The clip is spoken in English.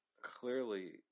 Clearly